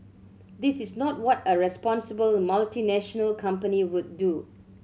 this is not what a responsible multinational company would do